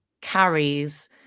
carries